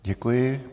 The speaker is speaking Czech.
Děkuji.